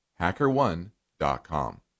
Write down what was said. HackerOne.com